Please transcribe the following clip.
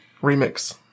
remix